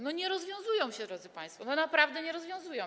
No nie rozwiązują się, drodzy państwo, naprawdę się nie rozwiązują.